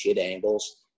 angles